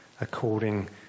according